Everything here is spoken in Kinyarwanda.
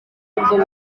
ubwo